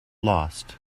lost